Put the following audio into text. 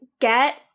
Get